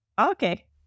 Okay